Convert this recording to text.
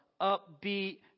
upbeat